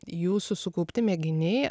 jūsų sukaupti mėginiai